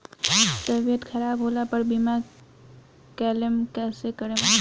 तबियत खराब होला पर बीमा क्लेम कैसे करम?